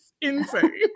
insane